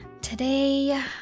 Today